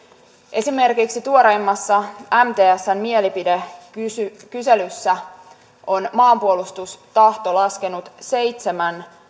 esimerkiksi tuoreimmassa mtsn mielipidekyselyssä on maanpuolustustahto laskenut seitsemän